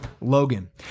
Logan